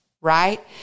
right